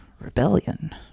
Rebellion